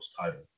title